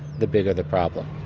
the bigger the problem.